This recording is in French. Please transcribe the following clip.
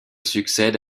succèdent